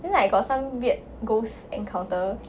then like got some weird ghost encounter